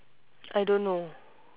I don't know